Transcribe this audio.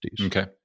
Okay